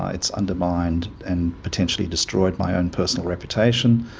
it's undermined and potentially destroyed my own personal reputation,